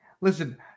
Listen